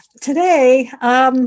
Today